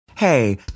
Hey